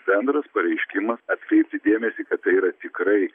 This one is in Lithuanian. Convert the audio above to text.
bendras pareiškimas atkreipti dėmesį kad tai yra tikrai